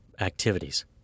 activities